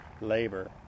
labor